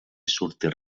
sortir